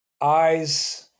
eyes